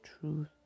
truth